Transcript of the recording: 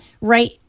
right